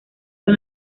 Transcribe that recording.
con